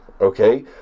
Okay